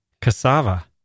Cassava